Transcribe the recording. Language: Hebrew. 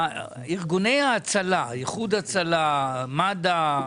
האם איחוד הצלה, מד"א,